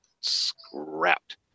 scrapped